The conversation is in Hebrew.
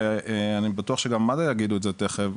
ואני בטוח שגם מד"א יגידו את זה תיכף,